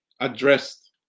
addressed